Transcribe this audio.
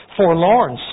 forlorn